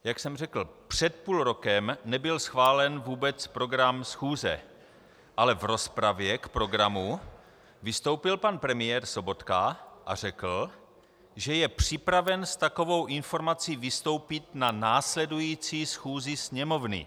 Jak jsem řekl, před půl rokem nebyl schválen vůbec program schůze, ale v rozpravě k programu vystoupil pan premiér Sobotka a řekl, že je připraven s takovou informací vystoupit na následující schůzi Sněmovny.